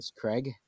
Craig